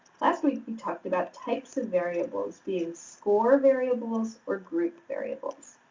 last week we talked about types of variables being score variables or group variables.